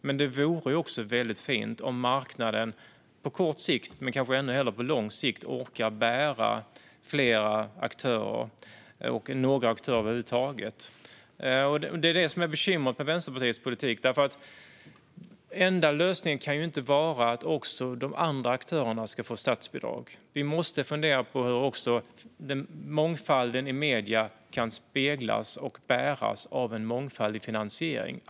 Men det vore också väldigt fint om marknaden på kort sikt, men kanske ännu hellre på lång sikt, orkade bära fler aktörer och över huvud taget fler aktörer än en. Det är det här som är bekymret med Vänsterpartiets politik. Den enda lösningen kan ju inte vara att även de andra aktörerna ska få statsbidrag. Vi måste också fundera på hur mångfalden i medierna kan speglas och bäras av en mångfald i finansiering.